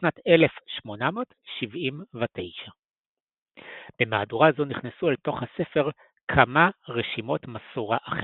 בשנת 1879. במהדורה זו נכנסו אל תוך הספר כמה רשימות מסורה אחרות,